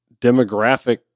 demographic